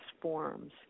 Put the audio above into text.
forms